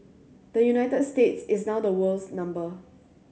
the United States is now the world's number